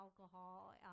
alcohol